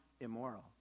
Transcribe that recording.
immoral